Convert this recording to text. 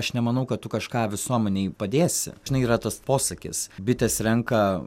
aš nemanau kad tu kažką visuomenei padėsi žinai yra tas posakis bitės renka